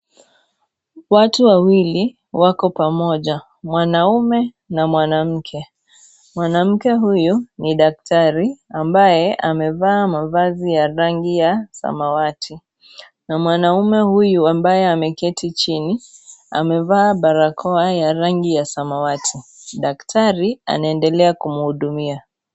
Watu wawili wako pamoja, mwanaume na mwanamke. Mwanamke huyu ni daktari ambaye amevaa mavazi ya rangi ya samawati. Na mwanaume huyu ambaye ameketi chini amevaa barakoa ya rangi ya samawati. Daktari anaendelea kumhudumia.